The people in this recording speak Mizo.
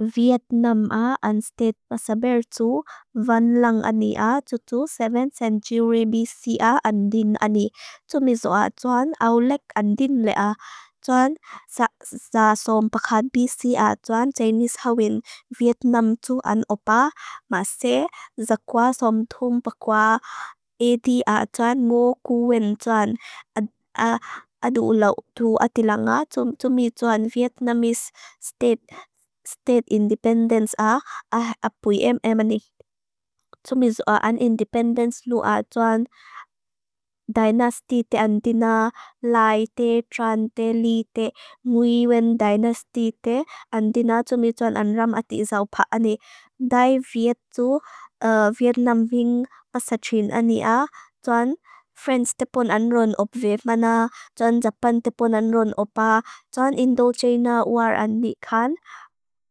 Vietnam a an state masaber tu van lang ani a tutu 7th century BC a an din ani. Tumiso a tuan aulek an din le a. Tuan za som pakat BC a tuan Chinese hawin, Vietnam tu an opa, ma se, za kwa som tum pakwa 80 a tuan, mo kuwin tuan. A adu ulaw tu ati lang a, tumiso an Vietnamese state independence a apui em em ani. Tumiso a an independence lu a tuan dynasty te antina, lai te, tran te, li te, mui ven dynasty te antina, tumiso an an ram ati zaupa ani. Dai Viet tu, Vietnam ving pasatrin ani a, tuan French te pon an ron op ve, mana tuan Japan te pon an ron op a, tuan Indochina war ani kan,